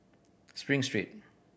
Spring Street